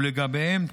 ולגביהם,